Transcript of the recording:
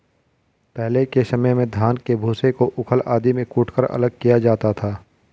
पहले के समय में धान के भूसे को ऊखल आदि में कूटकर अलग किया जाता था